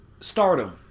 Stardom